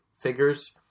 figures